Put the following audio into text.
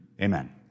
Amen